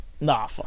Nah